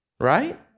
Right